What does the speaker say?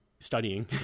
studying